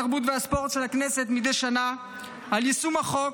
התרבות והספורט של הכנסת מדי שנה על יישום החוק,